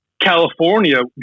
california